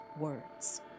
words